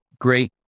great